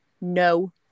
No